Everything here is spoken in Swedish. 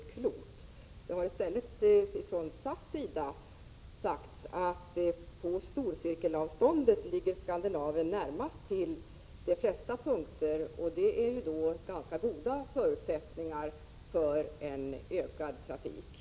Från SAS sida har det emellertid sagts att Skandinavien på storcirkelavståndet ligger närmast till de flesta punkter, vilket innebär att det finns ganska goda förutsättningar för en ökning av trafiken.